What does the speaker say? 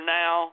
now